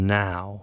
now